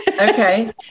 Okay